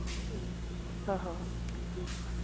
ꯎꯝ ꯎꯝ ꯍꯣꯏ ꯍꯣꯏ ꯍꯣꯏ ꯎꯝ